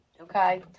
Okay